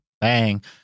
Bang